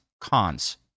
Cons